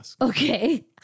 Okay